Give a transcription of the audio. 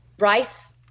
rice